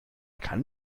kann